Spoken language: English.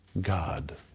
God